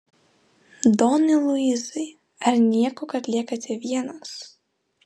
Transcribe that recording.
donai luisai ar nieko kad liekate vienas